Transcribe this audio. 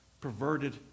perverted